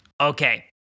Okay